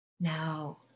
Now